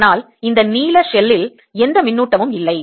ஆனால் இந்த நீல ஷெல்லில் எந்த மின்னூட்டமும் இல்லை